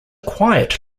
quiet